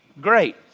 great